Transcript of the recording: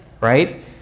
right